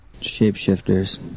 Shapeshifters